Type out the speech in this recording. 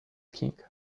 king